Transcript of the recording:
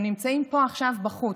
הם נמצאים פה עכשיו בחוץ.